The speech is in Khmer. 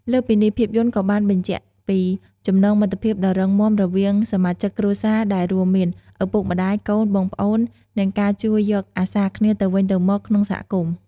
លើសពីនេះ ភាពយន្តក៏បានសបញ្ជាក់ពី ចំណងមិត្តភាពដ៏រឹងមាំរវាងសមាជិកគ្រួសារ ដែលរួមមាន ឪពុកម្តាយ កូន បងប្អូន និង ការជួយយកអាសាគ្នាទៅវិញទៅមកក្នុងសហគមន៍។